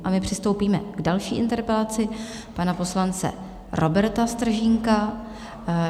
A my přistoupíme k další interpelaci pana poslance Roberta Stržínka.